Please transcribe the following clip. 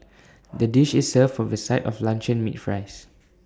the dish is served with A side of luncheon meat fries